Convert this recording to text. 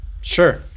Sure